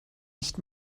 nicht